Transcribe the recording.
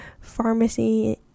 pharmacy